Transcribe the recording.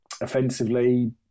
Offensively